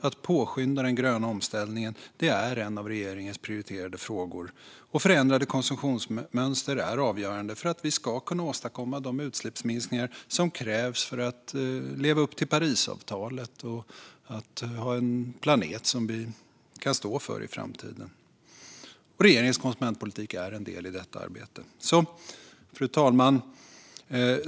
Att påskynda den gröna omställningen är en av regeringens prioriterade frågor, och förändrade konsumtionsmönster är avgörande för att vi ska kunna åstadkomma de utsläppsminskningar som krävs för att leva upp till Parisavtalet och att ha en planet som vi kan stå för i framtiden. Regeringens konsumentpolitik är en del i detta arbete. Fru talman!